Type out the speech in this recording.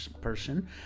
person